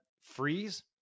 freeze